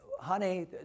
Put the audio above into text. Honey